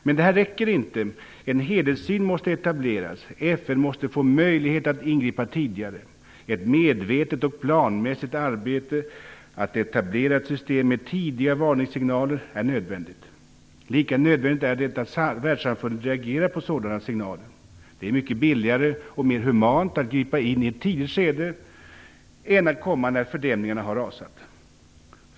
Men detta räcker inte. En helhetssyn måste etableras. FN måste få möjlighet att ingripa tidigare. Ett medvetet och planmässigt arbete för att etablera ett system med tidiga varningssignaler är nödvändigt. Lika nödvändigt är det att världssamfundet reagerar på sådana signaler. Det är mycket billigare och mer humant att gripa in i ett tidigt skede än att komma när fördämningarna har rasat.